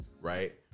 Right